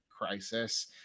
crisis